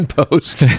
post